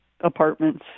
apartments